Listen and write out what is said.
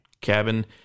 cabin